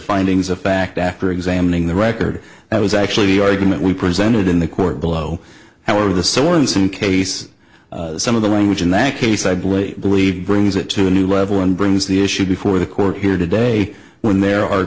findings of fact after examining the record that was actually the argument we presented in the court below however the so in some case some of the language in that case i believe believed brings it to a new level and brings the issue before the court here today when there are